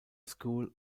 school